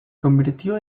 convirtió